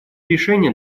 решения